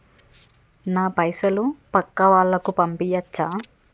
నా పైసలు పక్కా వాళ్ళకు పంపియాచ్చా?